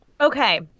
Okay